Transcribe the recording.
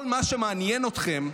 כל מה שמעניין אתכם,